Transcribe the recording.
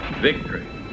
victory